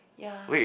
ya